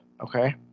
okay